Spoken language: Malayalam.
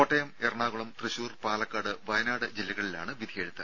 കോട്ടയം എറണാകുളം തൃശൂർ പാലക്കാട് വയനാട് ജില്ലകളിലാണ് വിധിയെഴുത്ത്